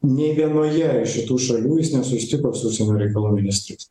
nei vienoje iš šitų šalių jis nesusitiko su užsienio reikalų ministrais